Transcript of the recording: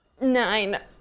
Nine